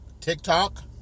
TikTok